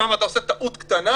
שם אתה עושה טעות קטנה,